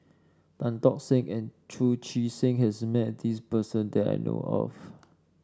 Tan Tock Seng and Chu Chee Seng has met this person that I know of